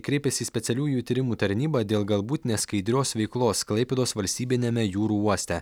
kreipėsi į specialiųjų tyrimų tarnybą dėl galbūt neskaidrios veiklos klaipėdos valstybiniame jūrų uoste